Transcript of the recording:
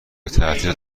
تعطیلات